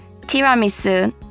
Tiramisu